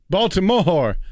Baltimore